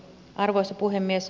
arvoisa puhemies